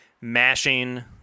mashing